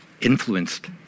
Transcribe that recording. influenced